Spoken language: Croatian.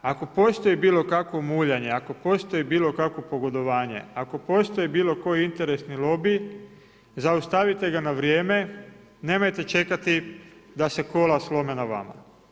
Ako postoji bilo kakvo muljanje, ako postoji bilo kakvo pogodovanje, ako postoji bili koji interesni lobi, zaustavite ga na vrijeme, nemojte čekati da se kola slome na vama.